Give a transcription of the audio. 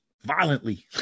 violently